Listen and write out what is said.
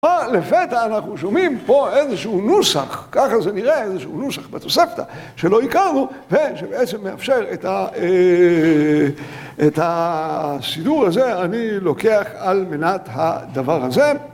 לפתע אנחנו שומעים פה איזשהו נוסח, ככה זה נראה, איזשהו נוסח בתוספתא שלא הכרנו ושבעצם מאפשר את הסידור הזה אני לוקח על מנת הדבר הזה